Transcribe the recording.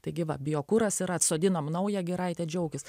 taigi va biokuras yra atsodinam naują giraitę džiaukis